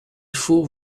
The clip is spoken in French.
faut